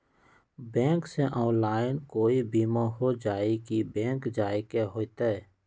Bank से online कोई बिमा हो जाई कि बैंक जाए के होई त?